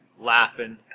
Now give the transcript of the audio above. laughing